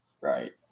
Right